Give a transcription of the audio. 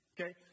Okay